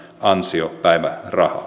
ansiopäivärahaa